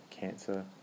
cancer